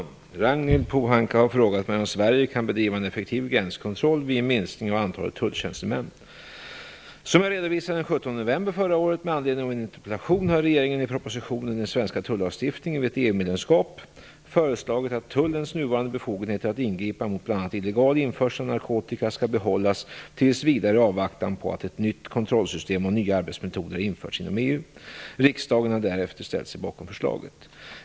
Herr talman! Ragnhild Pohanka har frågat mig om Sverige kan bedriva en effektiv gränskontroll vid en minskning av antalet tulltjänstemän. Som jag redovisade den 17 november förra året med anledning av en interpellation har regeringen i propositionen Den svenska tullagstiftningen vid ett illegal införsel av narkotika skall behållas tills vidare i avvaktan på att ett nytt kontrollsystem och nya arbetsmetoder har införts inom EU. Riksdagen har därefter ställt sig bakom förslaget.